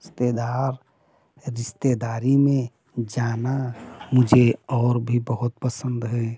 रिश्तेदार रिश्तेदारी में जाना मुझे और भी बहुत पसंद है